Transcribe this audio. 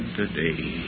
today